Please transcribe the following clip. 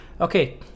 okay